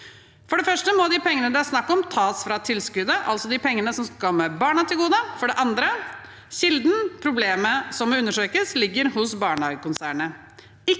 For det første må de pengene det er snakk om, tas fra tilskuddet, altså de pengene som skal komme barna til gode. For det andre: Kilden, problemet som må undersøkes, ligger hos barnehagekonsernet